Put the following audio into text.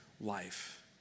life